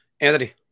Anthony